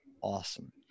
awesome